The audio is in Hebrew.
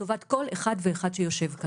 לטובת כל אחד ואחד שיושב כאן.